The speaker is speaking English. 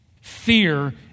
Fear